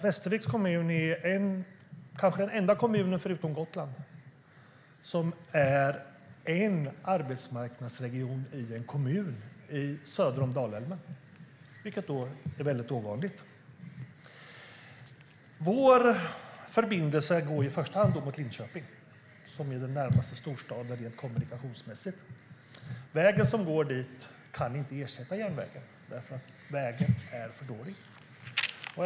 Västerviks kommun är kanske den enda kommunen förutom Gotland som är en arbetsmarknadsregion i en kommun söder om Dalälven, vilket är väldigt ovanligt. Vår förbindelse går i första hand mot Linköping, som är den närmaste storstaden rent kommunikationsmässigt. Den väg som går dit kan inte ersätta järnvägen därför att den är för dålig.